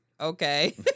Okay